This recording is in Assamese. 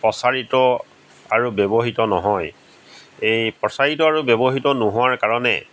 প্ৰচাৰিত আৰু ব্যৱহৃত নহয় এই প্ৰচাৰিত আৰু ব্যৱহৃত নোহোৱাৰ কাৰণে